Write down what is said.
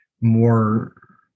more